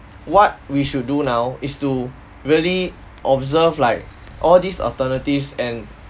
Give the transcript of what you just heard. what we should do now is to really observe like all these alternatives and